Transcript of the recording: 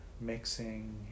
mixing